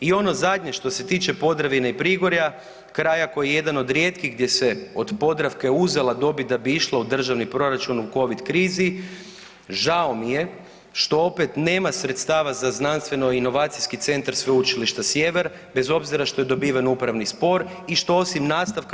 I ono zadnje što se tiče Podravine i Prigorja, kraja koji je jedan od rijetkih gdje se od Podravke uzela dobit da bi išla u državni proračun u covid krizi žao mi je što opet nema sredstava za Znanstveno inovacijski centar Sveučilišta Sjever, bez obzira što je dobiven upravni spor i što osim nastavka